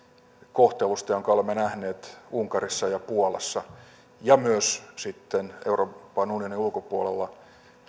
kohtelusta jonka olemme nähneet unkarissa ja puolassa ja myös sitten euroopan unionin ulkopuolella